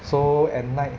so at night